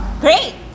great